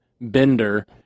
Bender